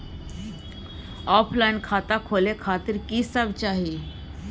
Offline खाता खोले खातिर की सब चाही?